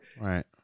Right